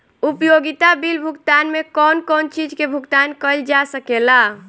उपयोगिता बिल भुगतान में कौन कौन चीज के भुगतान कइल जा सके ला?